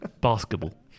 basketball